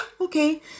okay